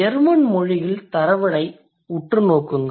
German மொழியில் தரவினை உற்றுநோக்குங்கள்